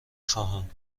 خواهم